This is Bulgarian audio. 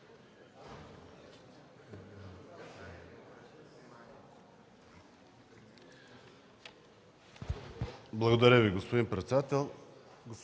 благодаря, господин председател,